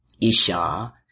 Isha